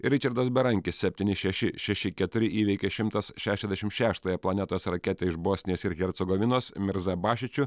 ričardas berankis septyni šeši šeši keturi įveikė šimtas šešiasdešimt šeštąją planetos raketę iš bosnijos ir hercogovinos mirza bašičiu